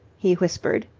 he whispered,